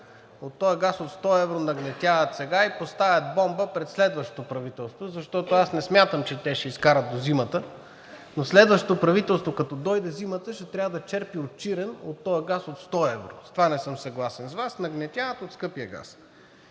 от този газ от 100 евро, и поставят бомба пред следващото правителство, защото аз не смятам, че те ще изкарат до зимата, но следващото правителство, като дойде зимата, ще трябва да черпи от Чирен от този газ от 100 евро. С това не съм съгласен с Вас – нагнетяват от скъпия газ.